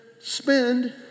spend